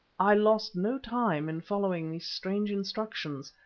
i lost no time in following these strange instructions,